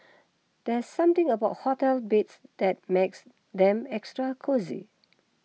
there's something about hotel beds that makes them extra cosy